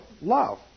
love